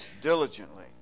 diligently